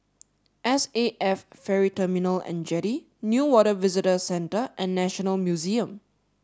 S A F Ferry Terminal and Jetty Newater Visitor Centre and National Museum